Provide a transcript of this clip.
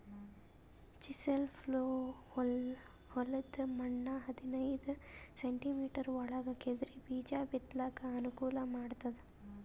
chisel plough ಹೊಲದ್ದ್ ಮಣ್ಣ್ ಹದನೈದ್ ಸೆಂಟಿಮೀಟರ್ ಒಳಗ್ ಕೆದರಿ ಬೀಜಾ ಬಿತ್ತಲಕ್ ಅನುಕೂಲ್ ಮಾಡ್ತದ್